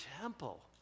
temple